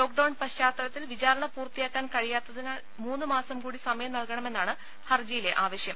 lockdown പശ്ചാത്തലത്തിൽ വിചാരണ പൂർത്തിയാക്കാൻ കഴിയാത്തതിനാൽ മൂന്നുമാസം കൂടി സമയം നൽകണമെന്നാണ് ഹർജിയിലെ ആവശ്യം